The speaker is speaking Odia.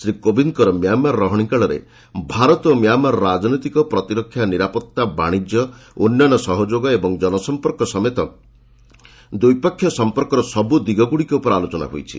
ଶ୍ରୀ କୋବିନ୍ଦଙ୍କର ମ୍ୟାମାର୍ ରହଣୀ କାଳରେ ଭାରତ ଓ ମ୍ୟାମାର୍ ରାଜନୈତିକ ପ୍ରତିରକ୍ଷା ନିରାପତ୍ତା ବାଣିଜ୍ୟ ଉନ୍ନୟନ ସହଯୋଗ ଏବଂ ଜନସମ୍ପର୍କ ସମେତ ଦ୍ୱିପକ୍ଷିୟ ସମ୍ପର୍କର ସବୁ ଦିଗଗୁଡ଼ିକ ଉପରେ ଆଲୋଚନା ହୋଇଛି